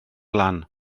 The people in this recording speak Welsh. lan